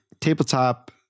tabletop